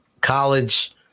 college